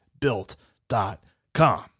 built.com